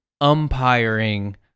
umpiring